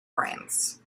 brands